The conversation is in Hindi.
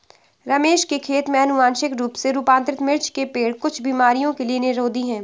रमेश के खेत में अनुवांशिक रूप से रूपांतरित मिर्च के पेड़ कुछ बीमारियों के लिए निरोधी हैं